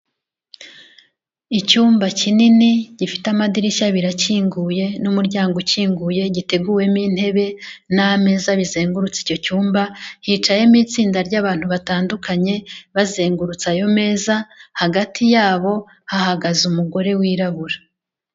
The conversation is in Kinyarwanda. Icyumba kinini gifite amadirishya abiri akinguye n'umuryango ukinguye, giteguwemo intebe n'ameza bizengurutse icyo cyumba, hicayemo itsinda ry'abantu batandukanye bazengurutse ayo meza, hagati yabo hahagaze umugore wirabura.